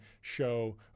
show